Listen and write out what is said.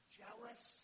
jealous